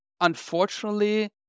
unfortunately